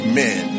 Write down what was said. men